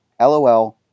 LOL